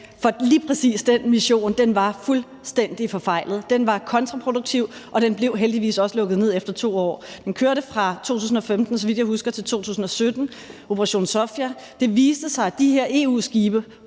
for lige præcis den mission var fuldstændig forfejlet. Den var kontraproduktiv, og den blev heldigvis også lukket ned efter 2 år. Den kørte fra 2015, så vidt jeg husker, til 2017, »Operation Sophia«. Det viste sig, at de her EU-skibe